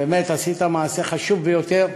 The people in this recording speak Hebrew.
עשית מעשה חשוב ביותר.